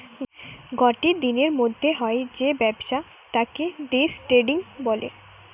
গটে দিনের মধ্যে হয় যে ব্যবসা তাকে দে ট্রেডিং বলে